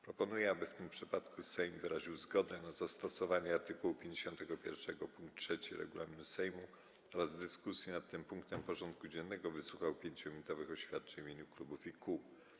Proponuję, aby w tym przypadku Sejm wyraził zgodę na zastosowanie art. 51 pkt 3 regulaminu Sejmu oraz w dyskusji nad tym punktem porządku dziennego wysłuchał 5-minutowych oświadczeń w imieniu klubów i kół.